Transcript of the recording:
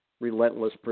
relentless